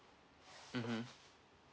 mmhmm